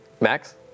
Max